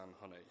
honey